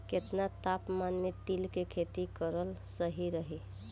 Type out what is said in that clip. केतना तापमान मे तिल के खेती कराल सही रही?